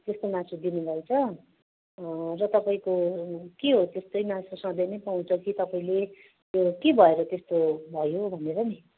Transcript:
त्यस्तो मासु दिनुभएछ र तपाईँको के हो त्यस्तै मासु सधैँ नै पाउँछ कि तपाईँले त्यो के भएर त्यस्तो भयो भनेर नि